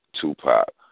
Tupac